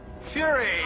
Fury